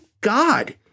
God